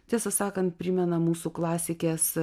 tiesą sakant primena mūsų klasikės